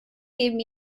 geben